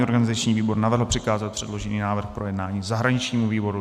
Organizační výbor navrhl přikázat předložený návrh k projednání zahraničnímu výboru.